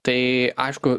tai aišku